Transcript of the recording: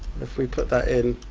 if we put that in,